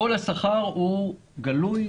כל השכר הוא גלוי,